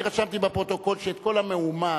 אני רשמתי בפרוטוקול שאת כל המהומה